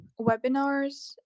webinars